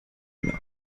mehr